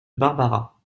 barbara